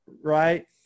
right